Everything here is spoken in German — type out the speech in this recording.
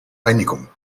einigung